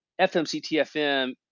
FMCTFM